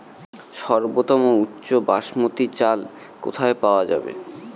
সর্বোওম উচ্চ বাসমতী চাল কোথায় পওয়া যাবে?